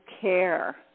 care